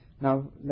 Now